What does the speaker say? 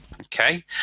Okay